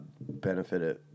benefited